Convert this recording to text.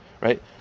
right